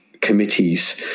Committees